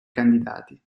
candidati